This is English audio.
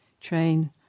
train